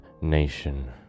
nation